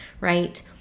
right